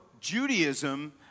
Judaism